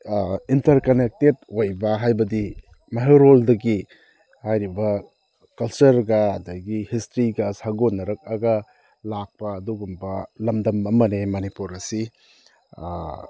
interconnected ꯑꯣꯏꯕ ꯍꯥꯏꯕꯗꯤ ꯃꯩꯍꯧꯔꯣꯜꯗꯒꯤ ꯍꯥꯏꯔꯤꯕ ꯀꯜꯆꯔꯒ ꯑꯗꯒꯤ ꯍꯤꯁꯇ꯭ꯔꯤꯒ ꯁꯥꯒꯣꯟꯅꯔꯛꯑꯒ ꯂꯥꯛꯄ ꯑꯗꯨꯒꯨꯝꯕ ꯂꯝꯗꯝ ꯑꯃꯅꯦ ꯃꯅꯤꯄꯨꯔ ꯑꯁꯤ